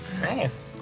Nice